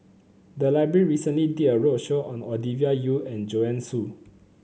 the library recently did a roadshow on Ovidia Yu and Joanne Soo